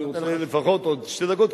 אני רוצה לפחות עוד שתי דקות,